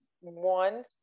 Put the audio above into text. one